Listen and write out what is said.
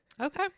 Okay